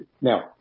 Now